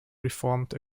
reformed